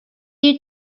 you